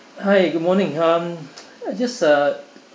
hi good morning um I just uh